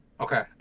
Okay